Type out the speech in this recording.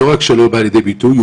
לא רק שלא בא לידי ביטוי,